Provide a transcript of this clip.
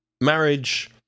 marriage